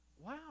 wow